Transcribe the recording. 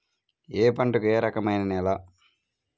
ఏ పంటకు ఏ రకమైన నేల?